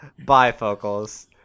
bifocals